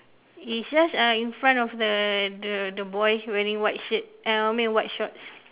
it's just uh in front of the the the boy wearing white shirt uh I mean white shorts